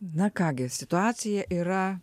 na ką gi situacija yra